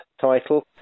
title